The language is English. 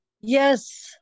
Yes